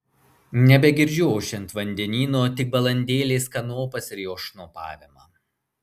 nebegirdžiu ošiant vandenyno tik balandėlės kanopas ir jos šnopavimą